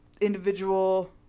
individual